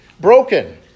broken